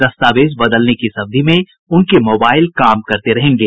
दस्तावेज बदलने की इस अवधि में उनके मोबाइल काम करते रहेंगे